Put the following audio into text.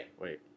Wait